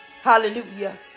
Hallelujah